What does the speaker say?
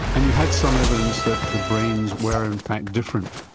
and you have some evidence that the brains were in fact different.